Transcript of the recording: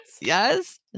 Yes